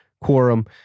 quorum